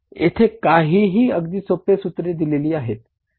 येथे काही अगदी सोपे सूत्रे दिली आहेत